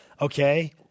Okay